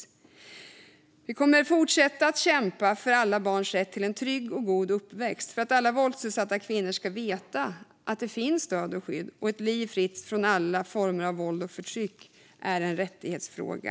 Vi liberaler kommer att fortsätta att kämpa för alla barns rätt till en trygg och god uppväxt och för att alla våldsutsatta kvinnor ska veta att det finns stöd och skydd. Ett liv fritt från alla former av våld och förtryck är en rättighetsfråga.